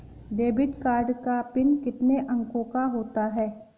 Debit card का PIN कितने अंकों का होता है?